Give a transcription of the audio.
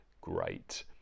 great